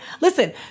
listen